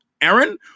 Aaron